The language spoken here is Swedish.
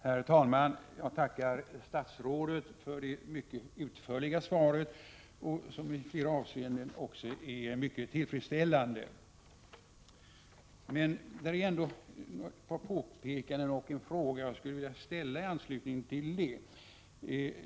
Herr talman! Jag tackar statsrådet för det mycket utförliga svaret, som i flera avseenden också är mycket tillfredsställande. Där är ändå ett par påpekanden och en fråga jag skulle vilja framställa i anslutning till detta.